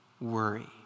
worry